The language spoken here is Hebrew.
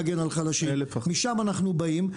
להגן על חלשים; משם אנחנו באים.